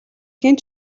хэн